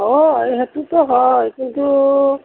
অঁ সেইটোতো হয় কিন্তু